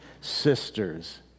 sisters